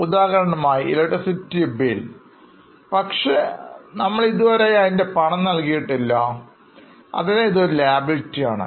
ഉദാഹരണമായി Electricity bill പക്ഷേ നമ്മൾ ഇതുവരെയായി അതിൻറെ പണം നൽകിയിട്ടില്ല അതിനാൽ ഇതൊരു Liability ആണ്